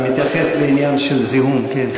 אתה מתייחס לעניין של זיהום, כן?